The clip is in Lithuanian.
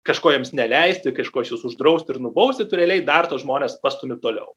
kažko jiems neleisti kažko išvis uždrausti ir nubausti tai realiai dar tuos žmones pastumi toliau